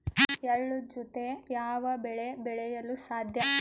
ಎಳ್ಳು ಜೂತೆ ಯಾವ ಬೆಳೆ ಬೆಳೆಯಲು ಸಾಧ್ಯ?